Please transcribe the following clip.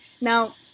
Now